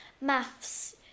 Maths